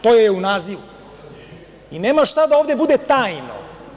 To joj je u nazivu i nema šta ovde da bude tajno.